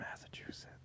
Massachusetts